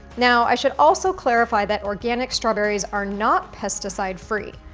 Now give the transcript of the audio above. now, i should also clarify that organic strawberries are not pesticide free.